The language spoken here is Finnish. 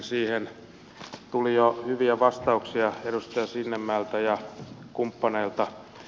siihen tuli jo hyviä vastauksia edustaja sinnemäeltä ja kumppaneilta